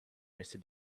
mister